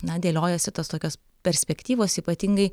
na dėliojasi tos tokios perspektyvos ypatingai